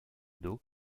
dos